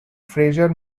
fraser